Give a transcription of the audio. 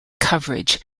coverage